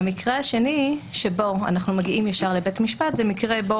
המקרה השני בו אנחנו מגיעים ישר לבית המשפט הוא מקרה בו